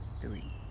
three